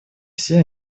все